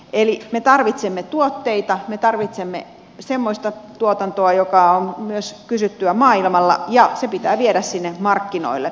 eli me tarvitsemme tuotteita me tarvitsemme semmoista tuotantoa joka on myös kysyttyä maailmalla ja se pitää viedä sinne markkinoille